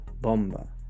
Bomba